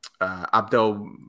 Abdel